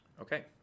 Okay